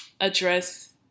address